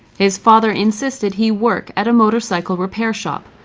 his father insisted he work at a motorcycle repair shop.